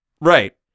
Right